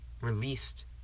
released